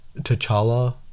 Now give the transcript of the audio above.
T'Challa